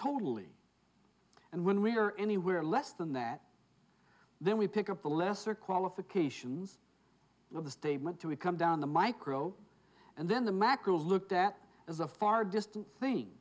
totally and when we are anywhere less than that then we pick up the lesser qualifications of the statement to we come down the micro and then the macro looked at as a far distant thing